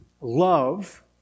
love